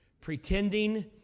Pretending